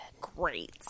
Great